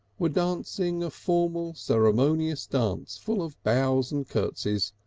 were dancing a formal ceremonious dance full of bows and curtseys,